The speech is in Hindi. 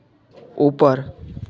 ऊपर